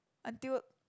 until